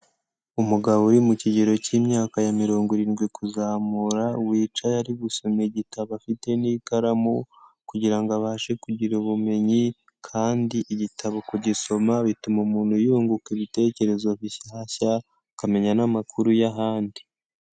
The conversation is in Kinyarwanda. Umugabo uri mu kigero k'imyaka ya mirongo irindwi kuzamura, wicaye ari gusoma igitabo afite n'ikaramu kugira ngo abashe kugira ubumenyi kandi igitabo kugisoma bituma umuntu yunguka ibitekerezo bishyashya akamenya n'amakuru y'ahandi.